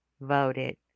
voted